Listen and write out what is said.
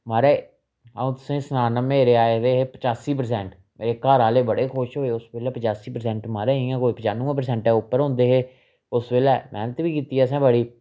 महाराज अ'ऊं तुसेंगी सना नां मेरे आए दे हे पचासी प्रसैंट मेरे घर आह्ले बड़े खुश होए उस बेल्लै पचासी प्रसैंट महाराज इ'यां कोई पचानुऐ प्रसैंटै उप्पर होंदे हे उस बेल्लै मैह्नत बी कीती असें बड़ी